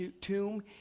tomb